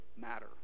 matter